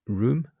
room